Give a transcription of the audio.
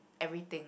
everything